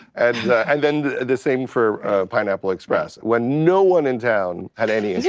and and then the same for pineapple express when no one in town had any